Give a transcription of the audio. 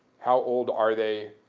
how old are they?